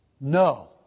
No